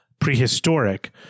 prehistoric